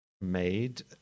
made